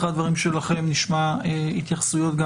אחרי הדברים שלכם נשמע התייחסויות גם